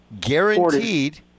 guaranteed